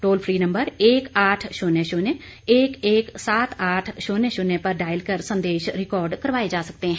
toll free number एक आठ शून्य शून्य एक एक सात आठ शून्य शून्य पर डायल कर संदेश रिकॉर्ड करवाए जा सकते है